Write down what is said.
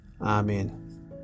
Amen